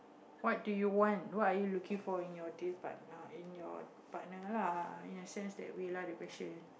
what do you want what are you looking for in your dream partner in your partner lah in a sense that way lah the question